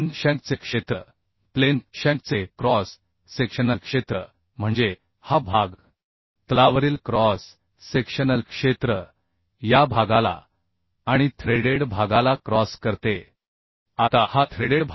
plain शँकचे क्षेत्र plain शँकचे क्रॉस सेक्शनल क्षेत्र म्हणजे हा भाग तलावरील क्रॉस सेक्शनल क्षेत्र या भागाला आणि थ्रेडेड भागाला क्रॉस करते विभागीय क्षेत्र आपण Anb म्हणून विचारात घेऊ शकतो